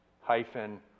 hyphen